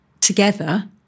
together